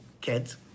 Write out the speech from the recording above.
kids